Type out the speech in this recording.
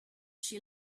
she